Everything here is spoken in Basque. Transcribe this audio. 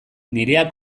nirea